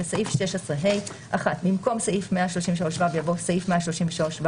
בסעיף 16ה- (1) במקום סעיף 133ו יבוא "סעיף 133ו(א).